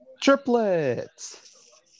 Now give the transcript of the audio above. Triplets